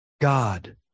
God